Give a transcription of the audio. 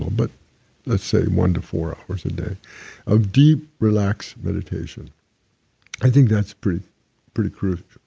but let's say one to four hours a day of deep, relaxed meditation i think that's pretty pretty crucial,